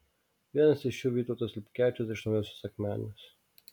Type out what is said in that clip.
vienas iš jų vytautas liubkevičius iš naujosios akmenės